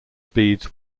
speeds